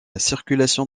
circulation